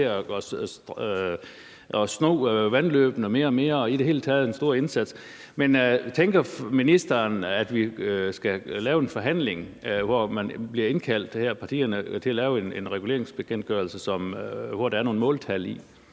til at sno vandløbene mere og mere og gør i det hele taget en stor indsats. Men tænker ministeren, at vi skal have en forhandling, som partierne bliver indkaldt til, med henblik på at lave en reguleringsbekendtgørelse, som der er nogle måltal i?